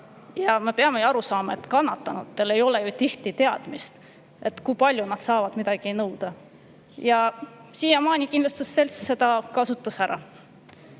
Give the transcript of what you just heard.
Me peame aru saama, et kannatanutel ei ole tihti ju teadmist, kui palju nad saavad midagi nõuda, ja siiamaani kindlustusseltsid kasutasid